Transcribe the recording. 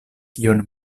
kion